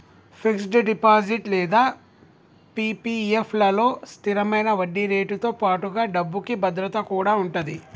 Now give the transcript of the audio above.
fixed deposit లేదా PPF లలో స్థిరమైన వడ్డీరేటుతో పాటుగా డబ్బుకి భద్రత కూడా ఉంటది